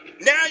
Now